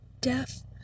deaf